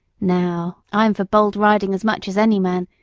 now, i am for bold riding as much as any man,